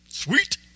Sweet